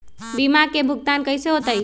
बीमा के भुगतान कैसे होतइ?